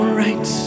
right